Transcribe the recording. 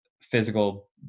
physical